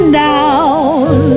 down